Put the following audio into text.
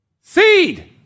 Seed